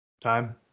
time